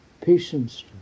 patience